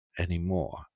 Anymore